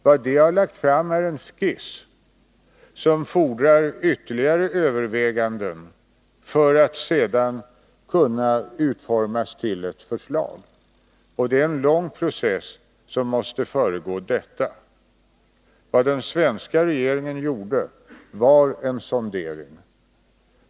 Vad de har lagt fram är en skiss, som fordrar ytterligare överväganden för att sedan kunna utformas till ett förslag, och det är en lång process som måste föregå detta. Vad den svenska regeringen gjorde var en sondering.